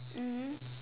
mmhmm